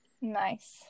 Nice